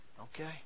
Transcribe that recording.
Okay